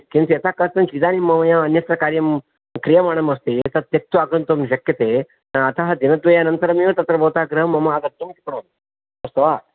किन्तु यथाकथञ्चित् इदानीं मया अन्यत्र कार्यं क्रियमाणम् अस्ति तत् त्यक्त्वा आगन्तुं न शक्यते अतः दिनद्वयानन्तरमेव तत्र भवतः गृहं मम आगन्तुं करोमि अस्तु वा